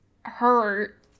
hurt